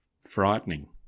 frightening